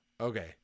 Okay